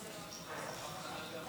ההצעה להעביר